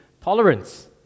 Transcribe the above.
tolerance